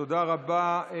תודה רבה.